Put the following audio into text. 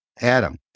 adam